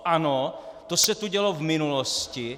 Ano, to se tu dělo v minulosti.